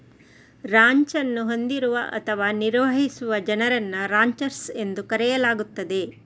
ranch ಅನ್ನು ಹೊಂದಿರುವ ಅಥವಾ ನಿರ್ವಹಿಸುವ ಜನರನ್ನು ರಾಂಚರ್ಸ್ ಎಂದು ಕರೆಯಲಾಗುತ್ತದೆ